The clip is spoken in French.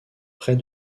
près